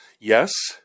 yes